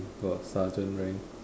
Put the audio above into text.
got sergeant rank